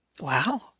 Wow